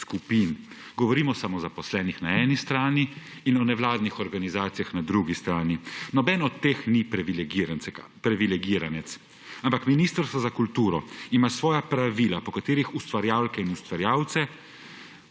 skupin, govorim o samozaposlenih na eni strani in o nevladnih organizacijah na drugi strani. Nobeden od teh ni privilegiranec, ampak ima Ministrstvo za kulturo svoja pravila, po katerih ustvarjalke in ustvarjalce